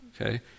Okay